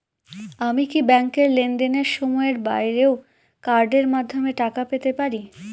আমি কি ব্যাংকের লেনদেনের সময়ের বাইরেও কার্ডের মাধ্যমে টাকা পেতে পারি?